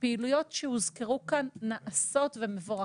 הפעולות שהוזכרו כאן הן מבורכות,